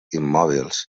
immòbils